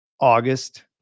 august